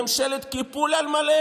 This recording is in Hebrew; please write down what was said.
ממשלת קיפול על מלא,